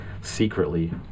secretly